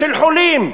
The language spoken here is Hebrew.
של חולים.